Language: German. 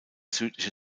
südliche